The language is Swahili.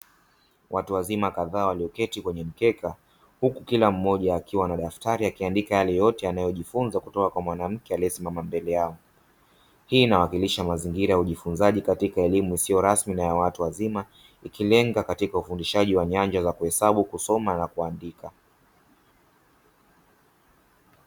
Watu wazima kadhaa walioketi kwenye mkeka, huku kila mmoja akiwa na daftari akiandika yale yote anyaojifunza kutoka kwa mwanamke aliyesimama mbele yao. Hii inawakilisha mazingira ya ujifunzaji katika elimu isiyo rasmi na ya watu wazima ikilenga katika ufundishaji wa nyanja za kuhesabu, kusoma na kuandika.